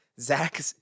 Zach